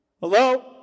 Hello